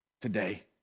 today